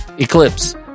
Eclipse